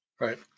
Right